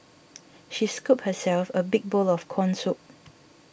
she scooped herself a big bowl of Corn Soup